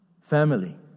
Family